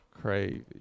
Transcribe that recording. Crazy